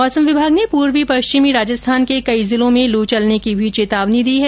मौसम विभाग ने पूर्वी पश्चिमी राजस्थान के कई जिलों में लू चलने की भी चेतावनी दी है